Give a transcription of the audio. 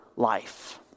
life